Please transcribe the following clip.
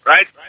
Right